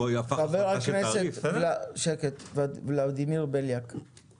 חבר הכנסת ולידמיר בליאק, שקט.